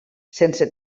sense